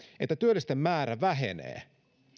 että työllisten määrä vähenee